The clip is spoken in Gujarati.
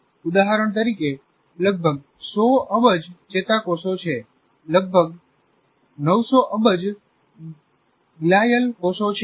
ઉદાહરણ તરીકે લગભગ 100 અબજ ચેતાકોષો છે લગભગ 900 અબજ ગ્લાયલ કોષો છે